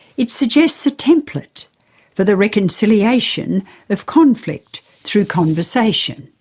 it suggests a template for the reconciliation of conflict through conversation.